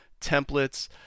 templates